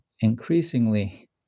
increasingly